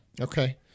Okay